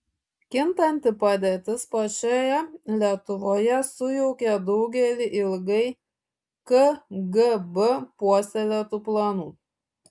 kintanti padėtis pačioje lietuvoje sujaukė daugelį ilgai kgb puoselėtų planų